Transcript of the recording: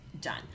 done